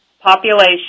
population